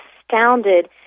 astounded